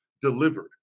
delivered